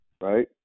Right